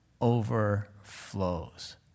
overflows